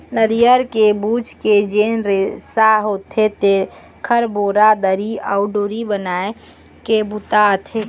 नरियर के बूच के जेन रेसा होथे तेखर बोरा, दरी अउ डोरी बनाए के बूता आथे